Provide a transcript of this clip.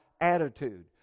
attitude